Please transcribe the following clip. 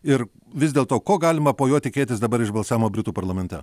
ir vis dėl to ko galima po jo tikėtis dabar iš balsavimo britų parlamente